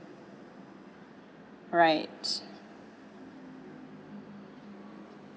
right